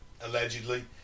allegedly